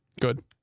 Good